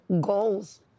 goals